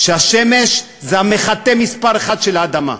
השמש זה המחטא מספר אחת של האדמה.